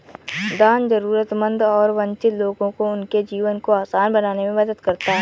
दान जरूरतमंद और वंचित लोगों को उनके जीवन को आसान बनाने में मदद करता हैं